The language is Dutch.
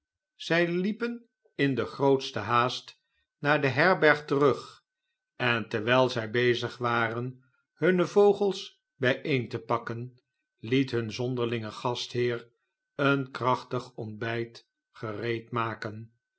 zjj liepen in de grootste haast naar de herberg terug en terwijl zij bezig waren hunne vogels bjjeen te pakken liet nun zonderlinge gastheer een krachtig ontbijt